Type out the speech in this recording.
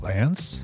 Lance